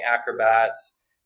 acrobats